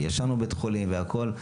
וישנו בבית החולים והכל,